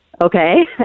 Okay